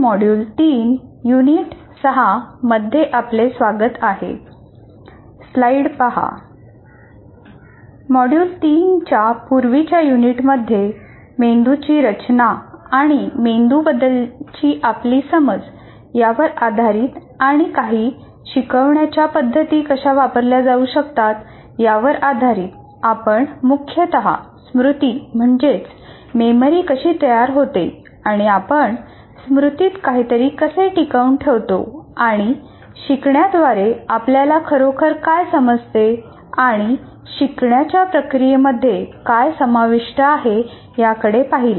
module 3 च्या पूर्वीच्या युनिट्समध्ये मेंदूची रचना आणि मेंदू बद्दलची आपली समज यावर आधारित आणि काही शिकवण्याच्या पद्धती कशा वापरल्या जाऊ शकतात यावर आधारित आपण मुख्यतः स्मृती कशी तयार होते आपण स्मृतीत काहीतरी कसे टिकवून ठेवतो आणि शिकण्याद्वारे आपल्याला खरोखर काय समजते आणि शिकण्याच्या प्रक्रियेमध्ये काय समाविष्ट आहे याकडे पाहिले